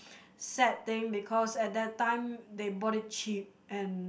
sad thing because at that time they bought it cheap and